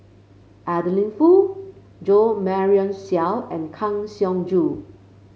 Adeline Foo Jo Marion Seow and Kang Siong Joo